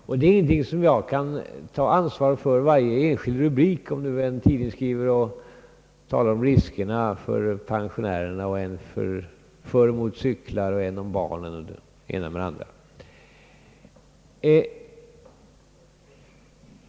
Jag kan inte ta ansvaret för varje enskild rubrik en tidning skriver, när man talar om riskerna för pensionärer, gående, cyklister, barn och det ena med det andra.